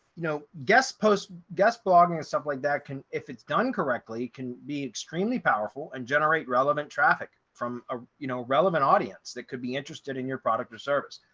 know, guest post guest blogging and stuff like that can, if it's done correctly can be extremely powerful and generate relevant traffic from a, you know, relevant audience that could be interested in your product or service.